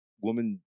Woman